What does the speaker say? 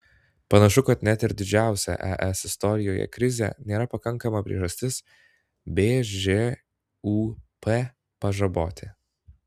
panašu kad net ir didžiausia es istorijoje krizė nėra pakankama priežastis bžūp pažaboti